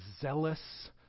zealous